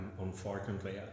unfortunately